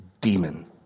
demon